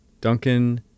Duncan